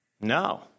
No